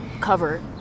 cover